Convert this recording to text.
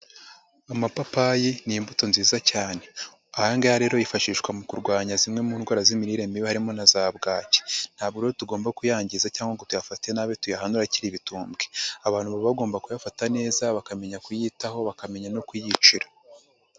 Amapapayi ni imbuto nziza cyane, aya ngaha rero yifashishwa mu kurwanya zimwe mu ndwara z'imirire mibi harimo na za bwaki, ntabwo rero tugomba kuyangiza cyangwa ngo tuyafate nabi tuyahanure akiri ibitumbwe. Abantu baba bagomba kuyafata neza, bakamenya kuyitaho, bakamenya no kuyicira.